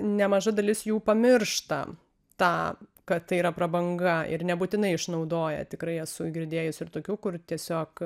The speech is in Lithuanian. nemaža dalis jų pamiršta tą kad tai yra prabanga ir nebūtinai išnaudoja tikrai esu girdėjus ir tokių kur tiesiog